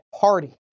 party